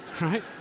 right